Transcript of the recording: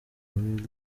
muri